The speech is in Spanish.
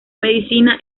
medicina